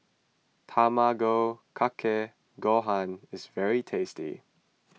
Tamago Kake Gohan is very tasty